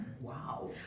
Wow